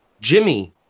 Jimmy